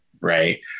right